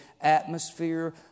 atmosphere